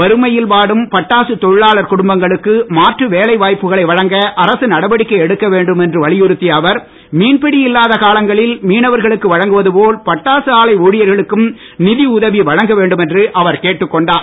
வறுமையில் வாடும் பட்டாசு பொழிலாளர் குடும்பங் ளுக்கு மாற்று வேலை வாய்ப்பு ளை வழங் அரசு நடவடிக் எடுக் வேண்டும் என்று வலியுறுத்தி அவர் மீன்பிடி இல்லா ாலங் ளில் மீனவர் ளுக்கு வழங்குவதுபோல் பட்டாசு ஆலை ஊழி ர் ளுக்கும் நிதி உ வி வழங் வேண்டும் என்று அவர் பேட்டுக் பொண்டுள்ளார்